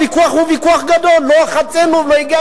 הוויכוח הוא ויכוח גדול,